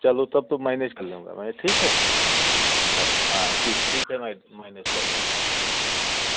चलो तब तो मैनेज कर लूँगा मैं ठीक है हाँ ठीक है ठीक है मैं मैनेज कर लूँगा